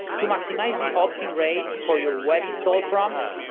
to maximize the opt-in rate for your web install prompts,